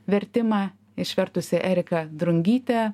vertimą išvertusi erika drungytė